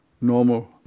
normal